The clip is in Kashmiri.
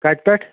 کَتہِ پٮ۪ٹھ